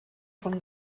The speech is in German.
von